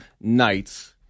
nights